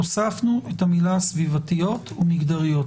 הוספנו את המילה סביבתיות ומגדריות.